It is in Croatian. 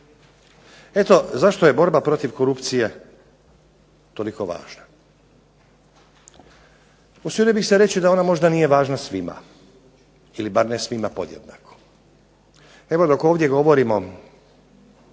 Eto zašto je borba protiv korupcije toliko važna. Usudio bih se reći da ona možda nije važna svima ili bar ne svima podjednako. Evo dok ovdje govorimo